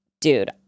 dude